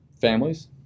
families